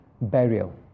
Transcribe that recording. burial